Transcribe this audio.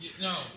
No